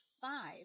five